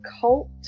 cult